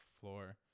floor